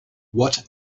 what